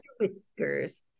Whiskers